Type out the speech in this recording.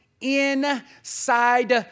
inside